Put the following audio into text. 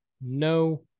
no